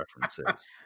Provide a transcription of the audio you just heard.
references